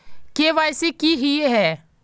KYC की हिये है?